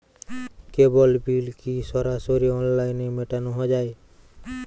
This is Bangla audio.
কেবল বিল কি সরাসরি অনলাইনে মেটানো য়ায়?